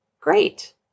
Great